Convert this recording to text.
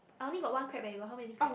I only got crab leh you got how many crab